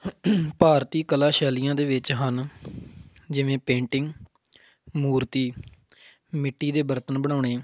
ਭਾਰਤੀ ਕਲਾ ਸ਼ੈਲੀਆਂ ਦੇ ਵਿੱਚ ਹਨ ਜਿਵੇਂ ਪੇਂਟਿੰਗ ਮੂਰਤੀ ਮਿੱਟੀ ਦੇ ਬਰਤਨ ਬਣਾਉਣੇ